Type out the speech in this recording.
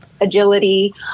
agility